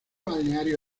balneario